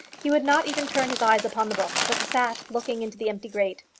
he would not even turn his eyes upon the book, but sat looking into the empty grate.